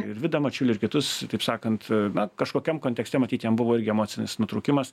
ir vidą mačiulį ir kitus taip sakant na kažkokiam kontekste matyt jam buvo irgi emocinis nutrūkimas